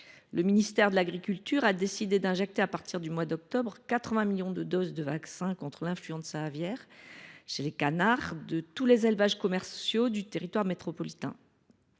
Le ministère de l’agriculture a décidé d’injecter, dès le mois d’octobre dernier, 80 millions de doses de vaccin contre l’influenza aviaire chez les canards de tous les élevages commerciaux du territoire métropolitain.